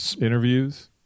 interviews